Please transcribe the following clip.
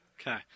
Okay